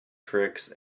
tricks